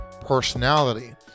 personality